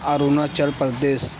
Arunachal Pradesh